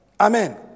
Amen